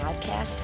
podcast